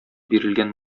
бирелгән